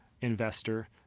investor